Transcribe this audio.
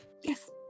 Yes